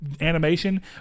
animation